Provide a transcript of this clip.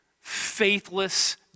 faithless